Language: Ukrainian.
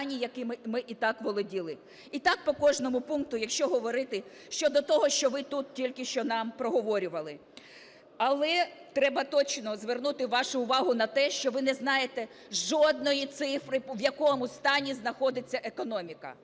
якими ми і так володіли. І так по кожному пункту, якщо говорити щодо того, що ви тут тільки що нам проговорювали. Але треба точно звернути вашу увагу на те, що ви не знаєте жодної цифри, в якому стані знаходиться економіка.